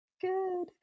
good